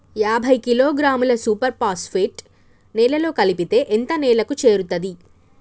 యాభై కిలోగ్రాముల superphosphate నేలలో కలిపితే ఎంత నేలకు చేరుతది?